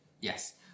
Yes